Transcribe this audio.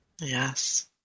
Yes